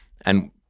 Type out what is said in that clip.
and-